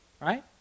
right